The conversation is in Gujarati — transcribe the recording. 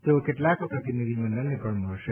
તેઓ કેટલાક પ્રતિનિધિમંડળને પણ મળશે